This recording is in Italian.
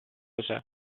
josé